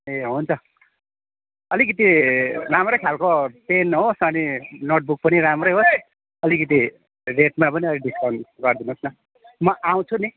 ए हुन्छ अलिकति राम्रै खालको पेन होस् अनि नोटबुक पनि राम्रै होस् अलिकति रेटमा पनि अलिकति डिस्काउन्ट गरिदिनुहोस् न म आउँछु नि